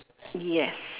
yes